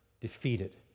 defeated